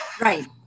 right